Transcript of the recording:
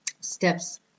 steps